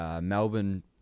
Melbourne